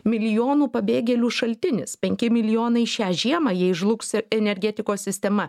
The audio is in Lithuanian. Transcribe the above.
milijonų pabėgėlių šaltinis penki milijonai šią žiemą jei žlugs energetikos sistema